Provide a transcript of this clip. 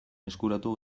eskuratu